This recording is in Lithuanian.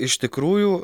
iš tikrųjų